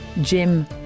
Jim